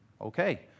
Okay